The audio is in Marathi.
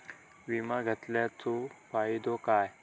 विमा घेतल्याचो फाईदो काय?